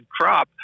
crop